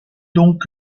donc